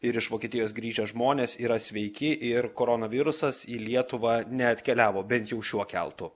ir iš vokietijos grįžę žmonės yra sveiki ir koronavirusas į lietuvą neatkeliavo bent jau šiuo keltu